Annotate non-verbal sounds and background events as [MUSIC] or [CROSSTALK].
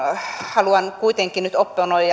haluan kuitenkin nyt opponoida [UNINTELLIGIBLE]